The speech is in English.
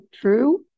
true